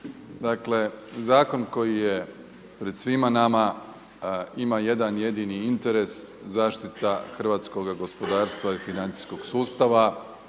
Dakle zakon koji je pred svima nama ima jedan jedini interes, zaštita hrvatskog gospodarstva i financijskog sustava.